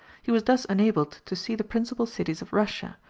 he was thus enabled to see the principal cities of russia,